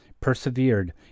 persevered